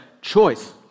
choice